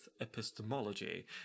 epistemology